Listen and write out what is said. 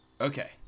Okay